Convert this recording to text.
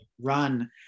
run